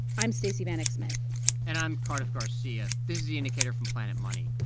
i'm stacey vanek smith and i'm cardiff garcia. this is the indicator from planet money.